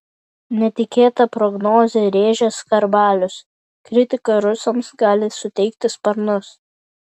netikėtą prognozę rėžęs skarbalius kritika rusams gali suteikti sparnus